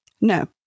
No